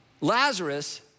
Lazarus